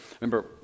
remember